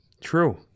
True